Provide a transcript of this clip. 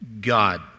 God